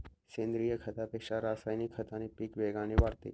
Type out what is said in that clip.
सेंद्रीय खतापेक्षा रासायनिक खताने पीक वेगाने वाढते